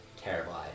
terrible